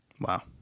Wow